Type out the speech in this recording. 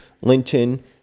Linton